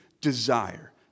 desire